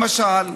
למשל,